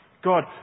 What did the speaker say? God